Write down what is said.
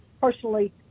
personally